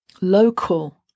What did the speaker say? local